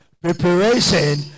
preparation